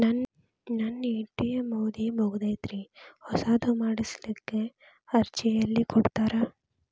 ನನ್ನ ಎ.ಟಿ.ಎಂ ಅವಧಿ ಮುಗದೈತ್ರಿ ಹೊಸದು ಮಾಡಸಲಿಕ್ಕೆ ಅರ್ಜಿ ಎಲ್ಲ ಕೊಡತಾರ?